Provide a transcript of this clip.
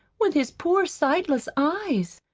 with his poor sightless eyes?